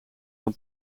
van